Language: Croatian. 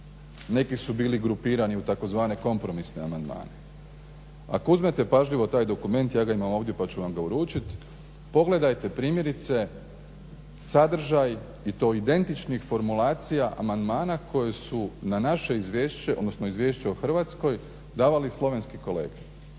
neki su bili grupirani u tzv. kompromisne amandmane. Ako uzmete pažljivo taj dokument, ja ga imam ovdje pa ću vam ga uručiti, pogledajte primjerice sadržaj i to identičnih formulacija amandmana koji su na naše izvješće odnosno izvješće o Hrvatskoj davali slovenski kolege,